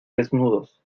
desnudos